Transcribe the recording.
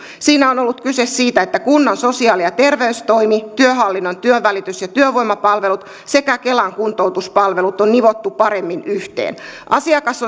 siinä on ollut kyse siitä että kunnan sosiaali ja terveystoimi työhallinnon työnvälitys ja työvoimapalvelut sekä kelan kuntoutuspalvelut on nivottu paremmin yhteen asiakas